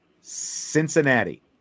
Cincinnati